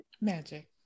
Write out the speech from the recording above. magic